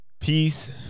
Peace